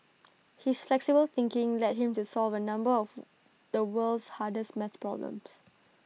his flexible thinking led him to solve A number of the world's hardest math problems